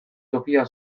tokia